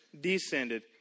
descended